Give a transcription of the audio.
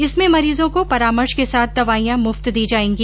इसमें मरीजों को परामर्श के साथ दवाईयाँ मुफ्त दी जायेगी